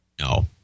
No